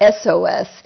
SOS